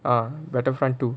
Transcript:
ah battle front two